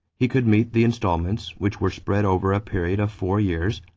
he could meet the installments, which were spread over a period of four years,